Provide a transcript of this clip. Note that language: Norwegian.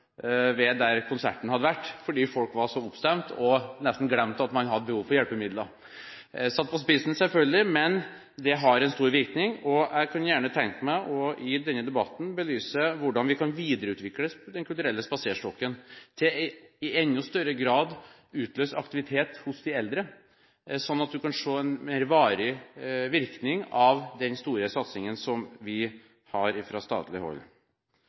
hadde vært oppstemt og nesten glemt at de hadde behov for hjelpemidler. Dette er selvfølgelig satt på spissen, men det har stor virkning. Jeg kunne gjerne tenke meg at vi i denne debatten belyser hvordan vi kan videreutvikle Den kulturelle spaserstokken til i enda større grad å utløse aktivitet hos de eldre, sånn at en kan se en mer varig virkning av den store satsingen vi har fra statlig hold.